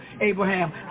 Abraham